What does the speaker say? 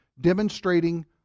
demonstrating